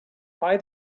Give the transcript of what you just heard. why